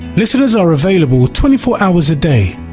listeners are available twenty four hours a day,